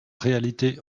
réalité